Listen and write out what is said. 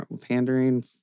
pandering